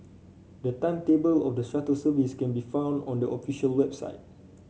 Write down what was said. the timetable of the shuttle service can be found on the official website